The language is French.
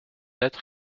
être